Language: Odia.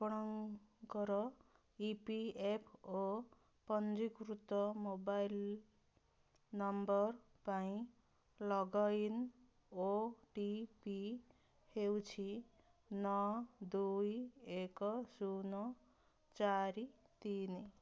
ଆପଣଙ୍କର ଇ ପି ଏଫ୍ ଓ ପଞ୍ଜୀକୃତ ମୋବାଇଲ୍ ନମ୍ବର୍ ପାଇଁ ଲଗ୍ଇନ୍ ଓ ଟି ପି ହେଉଛି ନଅ ଦୁଇ ଏକ ଶୂନ ଚାରି ତିନି